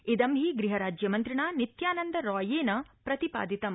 इदं हि गृहराज्यमन्त्रिणा नित्यानन्द रॉयेन प्रतिपादितम्